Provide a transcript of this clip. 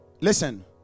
Listen